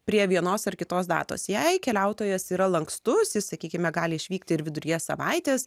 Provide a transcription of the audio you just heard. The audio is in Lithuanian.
prie vienos ar kitos datos jei keliautojas yra lankstus jis sakykime gali išvykti ir viduryje savaitės